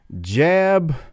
jab